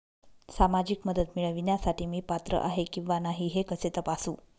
सामाजिक मदत मिळविण्यासाठी मी पात्र आहे किंवा नाही हे कसे तपासू?